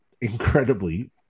incredibly